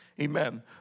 Amen